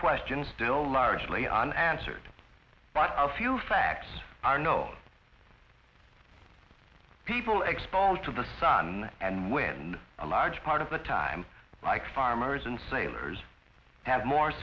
question still largely on answered by a few facts i know people exposed to the sun and when a large part of the time like farmers and sailors have more